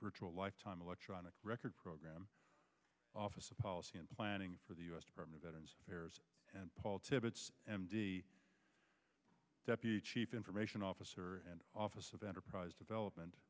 virtual lifetime electronic record program office of policy planning for the u s department of veterans affairs and paul tibbets m d deputy chief information officer and office of enterprise development